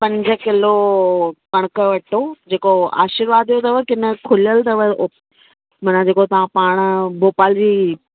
पंज किलो कणिक जो अटो जेको आशीर्वाद जो अथव की न खुलियल अथव माना जेको तव्हां पाणि भोपाल जी